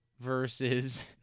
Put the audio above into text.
versus